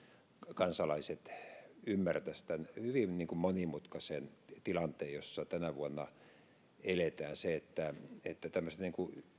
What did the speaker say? kansalaiset ymmärtäisivät tämän hyvin monimutkaisen tilanteen jossa tänä vuonna eletään se että että tämmöisten